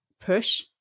push